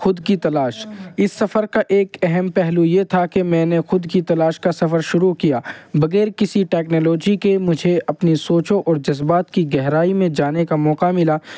خود کی تلاش اس سفر کا ایک اہم پہلو یہ تھا کہ میں نے خود کی تلاش کا سفر شروع کیا بغیر کسی ٹیکنالوجی کے مجھے اپنی سوچ اور جذبات کی گہرائی میں جانے کا موقع ملا